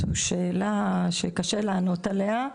זו שאלה שקשה לענות עליה.